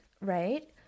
right